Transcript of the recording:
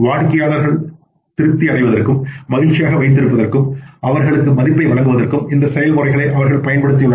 வாடிக்கையாளர்களை திருப்தி அடைவதற்கும் மகிழ்ச்சியாக வைத்திருப்பதற்கும் அவர்களுக்கு மதிப்பை வழங்குவதற்கும் இந்த செயல்முறைகளை பயன்படுத்தியுள்ளனர்